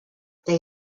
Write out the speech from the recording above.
they